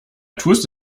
tust